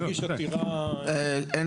אין